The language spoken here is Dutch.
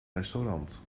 restaurant